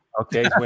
Okay